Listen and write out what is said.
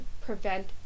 prevent